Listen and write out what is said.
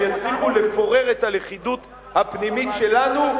יצליחו לפורר את הלכידות הפנימית שלנו,